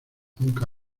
nunca